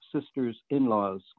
sisters-in-laws